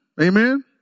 amen